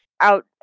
out